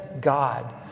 God